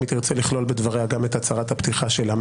אם היא תרצה לכלול בדבריה גם את הצהרת הפתיחה שלה,